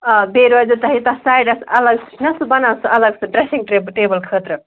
آ بیٚیہِ روزِوٕ تۄہہِ تتھ سایڈس اَلگ چھُنا سُہ بَنان سُہ الگ سُہ ڈریٚسِنٛگ ٹیٚبٕل ٹیٚبٕل خٲطرٕ